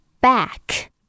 back